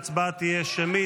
ההצבעה תהיה שמית.